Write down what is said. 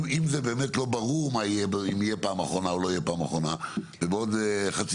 אם זה באמת לא ברור אם תהיה פעם אחרונה או לא ובעוד חצי